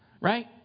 Right